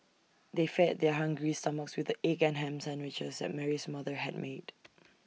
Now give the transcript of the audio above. they fed their hungry stomachs with the egg and Ham Sandwiches that Mary's mother had made